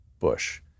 Bush